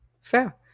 Fair